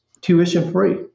tuition-free